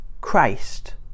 Christ